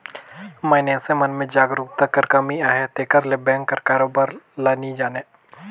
मइनसे मन में जागरूकता कर कमी अहे तेकर ले बेंक कर कारोबार ल नी जानें